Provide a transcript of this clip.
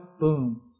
boom